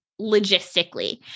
logistically